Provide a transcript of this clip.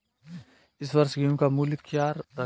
इस वर्ष गेहूँ का मूल्य क्या रहेगा?